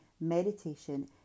meditation